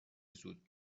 زود